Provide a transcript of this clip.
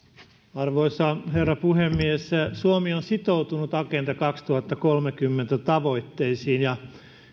arvoisa herra puhemies suomi on sitoutunut agenda kaksituhattakolmekymmentä tavoitteisiin ja ministeri